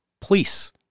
police